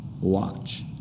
watch